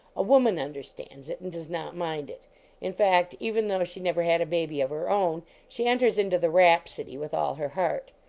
a woman undertands it, and does not mind it in fact, even though she never had a baby of her own, she enters into the rhapsody with all her heart.